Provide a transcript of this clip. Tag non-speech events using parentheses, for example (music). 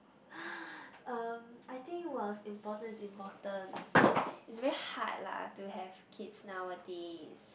(breath) um I think it was important is important is very hard lah to have kids nowadays